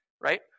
right